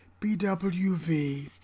BWV